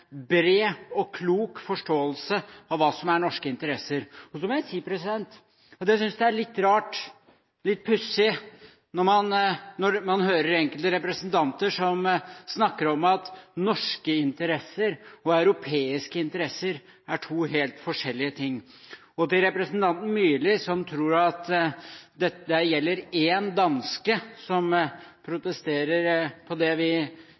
bred og klok forståelse av hva som er norske interesser. Og så må jeg si at jeg synes det er litt rart, litt pussig, når man hører enkelte representanter som snakker om at norske interesser og europeiske interesser er to helt forskjellige ting. Representanten Myrli tror at det er én danske som protester mot det vi